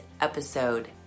episode